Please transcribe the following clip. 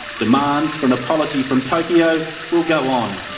demands for an apology from tokyo will go on.